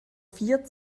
vier